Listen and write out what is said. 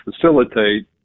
facilitate